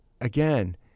again